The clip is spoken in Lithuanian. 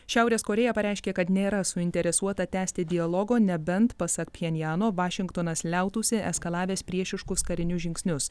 šiaurės korėja pareiškė kad nėra suinteresuota tęsti dialogo nebent pasak pchenjano vašingtonas liautųsi eskalavęs priešiškus karinius žingsnius